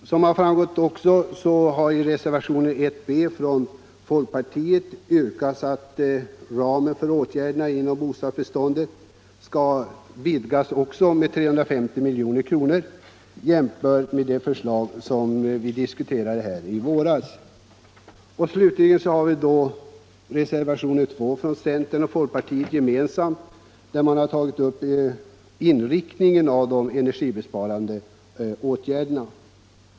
I reservationen 1b från folkpartiet yrkas att ramen för åtgärderna inom bostadsbeståndet skall vidgas med 350 milj.kr. jämfört med det förslag som vi diskuterade i våras. Slutligen har i reservationen 2 från centern och folkpartiet gemensamt tagits upp inriktningen av de energibesparande åtgärderna.